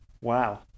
Wow